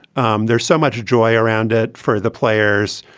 um there's so much joy around it for the players,